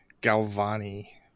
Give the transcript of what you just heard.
Galvani